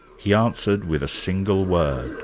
he answered with a single word,